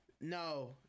No